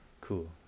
Cool